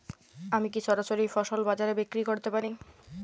আমি কি সরাসরি ফসল বাজারে বিক্রি করতে পারি?